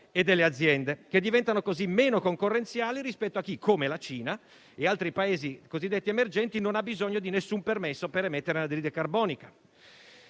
e delle aziende. Diventiamo così meno concorrenziali rispetto a chi, come la Cina e altri Paesi cosiddetti emergenti, non ha bisogno di alcun permesso per emettere anidride carbonica.